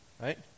Right